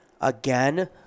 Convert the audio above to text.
again